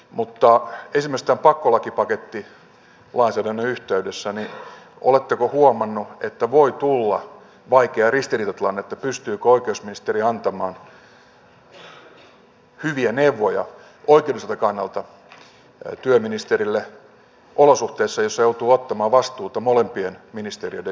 mutta oletteko huomannut esimerkiksi tämän pakkolakipakettilainsäädännön yhteydessä että voi tulla vaikea ristiriitatilanne että pystyykö oikeusministeri antamaan oikeudelliselta kannalta hyviä neuvoja työministerille olosuhteissa joissa joutuu ottamaan vastuuta molempien ministeriöiden johtamisesta